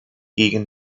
gegen